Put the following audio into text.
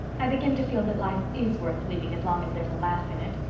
i begin to feel that life is worth living as long as there's a laugh in it.